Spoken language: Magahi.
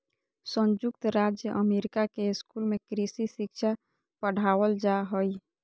संयुक्त राज्य अमेरिका के स्कूल में कृषि शिक्षा पढ़ावल जा हइ